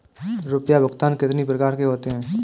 रुपया भुगतान कितनी प्रकार के होते हैं?